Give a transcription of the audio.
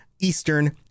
eastern